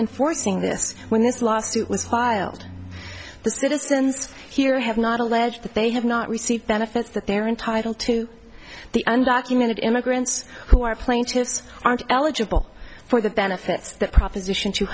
in forcing this when this lawsuit was filed the citizens here have not alleged that they have not received benefits that they're entitled to the and documented immigrants who are plaintiffs aren't eligible for the benefits that proposition two